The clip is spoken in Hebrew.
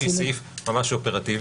שהיא סעיף ממש אופרטיבי.